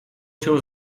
się